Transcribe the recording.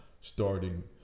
starting